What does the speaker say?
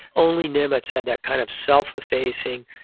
only nimitz had that kind of self effacing,